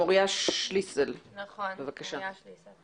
מוריה שליסל, בבקשה.